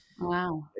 Wow